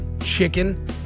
chicken